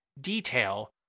detail